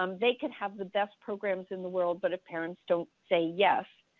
um they could have the best programs in the world, but if parents don't say yes,